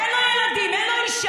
אין לו ילדים, אין לו אישה.